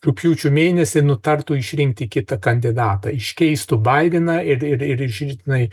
rugpjūčio mėnesį nutartų išrinkti kitą kandidatą iškeistų baideną ir išimtinai